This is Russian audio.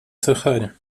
сахаре